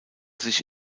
sich